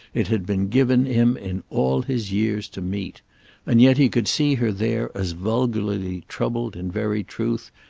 it had been given him, in all his years, to meet and yet he could see her there as vulgarly troubled, in very truth,